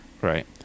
right